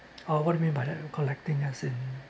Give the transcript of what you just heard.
uh what you mean by that collecting as in